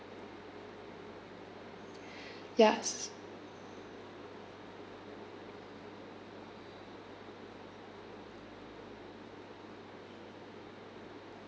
yes